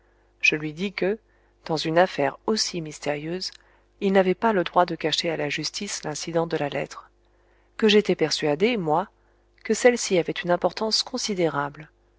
je lui dis que dans une affaire aussi mystérieuse il n'avait pas le droit de cacher à la justice l'incident de la lettre que j'étais persuadé moi que celleci avait une importance considérable